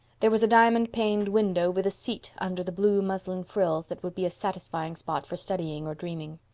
there was a diamond-paned window with a seat under the blue muslin frills that would be a satisfying spot for studying or dreaming.